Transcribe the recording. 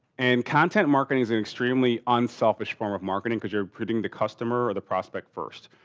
and content marketing is an extremely unselfish form of marketing because you're putting the customer or the prospect first.